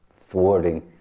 thwarting